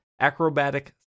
acrobatic